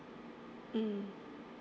mm